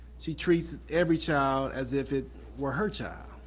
she treats every child as if it were her child.